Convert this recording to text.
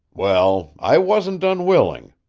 well, i wasn't unwilling,